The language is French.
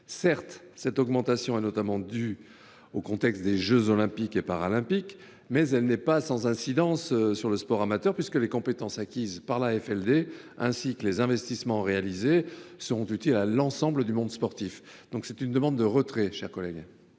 Certes, cette augmentation est largement due à la perspective des jeux Olympiques et Paralympiques, mais elle n’est pas sans incidence sur le sport amateur, puisque les compétences acquises par l’AFLD et les investissements réalisés seront utiles à l’ensemble du monde sportif. La commission demande donc le retrait de cet